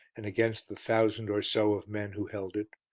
and against the thousand or so of men who held it.